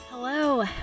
Hello